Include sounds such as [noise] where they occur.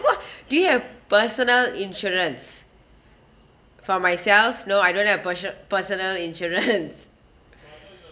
what [breath] do you personal insurance for myself no I don't have perso~ personal insurance [laughs]